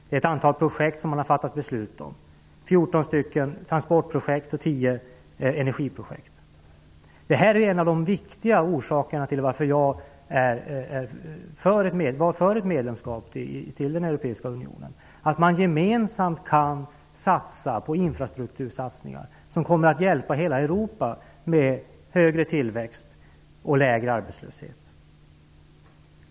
Det är ett antal projekt som man har fattat beslut om, 14 transportprojekt och 10 Detta är en av de viktiga orsakerna till att jag var för ett medlemskap i den europeiska unionen. Gemensamt kan man göra infrastruktursatsningar som kommer att hjälpa hela Europa genom högre tillväxt och lägre arbetslöshet.